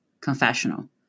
confessional